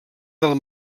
del